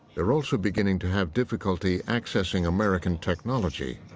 they're also beginning to have difficulty accessing american technology,